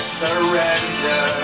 surrender